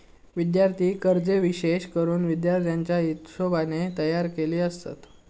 विद्यार्थी कर्जे विशेष करून विद्यार्थ्याच्या हिशोबाने तयार केलेली आसत